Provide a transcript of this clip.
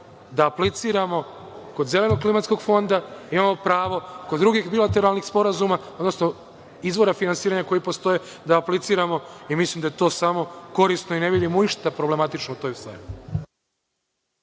da apliciramo kod Zelenog klimatskog fonda. Imamo pravo kod drugih bilateralnih sporazuma, odnosno izvora finansiranja koji postoje da apliciramo. Mislim da je to samo korisno i ne vidimo ništa problematično u toj stvari.